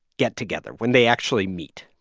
get together, when they actually meet?